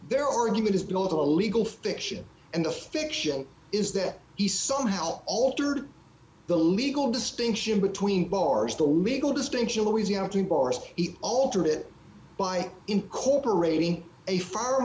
their argument is below the legal fiction and the fiction is that he somehow altered the legal distinction between bars the legal distinction louisiana he altered it by incorporating a f